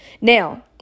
Now